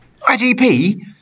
IDP